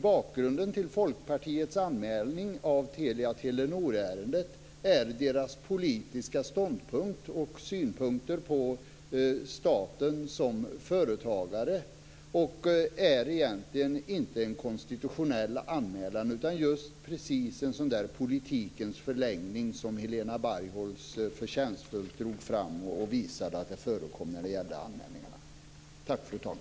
Bakgrunden till Folkpartiets anmälning av Telia-Telenorärendet är deras politiska ståndpunkt och synpunkter på staten som företagare. Den är egentligen inte en konstitutionell anmälan utan just precis en sådan där politikens förlängning som Helena Bargholtz förtjänstfullt drog fram och visade förekommer när det gäller anmälningar.